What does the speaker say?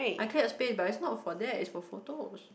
I clear a space but it's not for that is for photos